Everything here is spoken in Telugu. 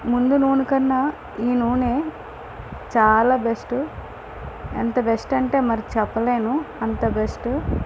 ముందు నూనె కన్నా ఈ నూనె చాలా బెస్ట్ ఎంత బెస్ట్ అంటే మరి చెప్పలేను అంత బెస్ట్